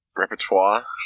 repertoire